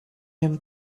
him